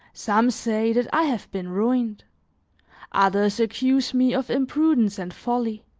some say that i have been ruined others accuse me of imprudence and folly